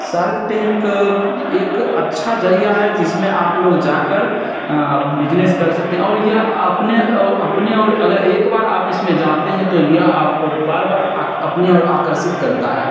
SAARC Tank एक अच्छा ज़रिया है जिसमें आप लोग जा कर बिजनेस कर सकते हैं और यह अपने अपने और अगर एक बार आप इसमें जाते हैं तो यह आपको बार बार आक अपने ओर आकर्षित करता है